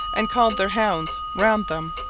and called their hounds round them,